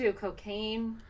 cocaine